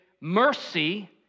mercy